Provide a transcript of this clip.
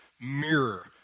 mirror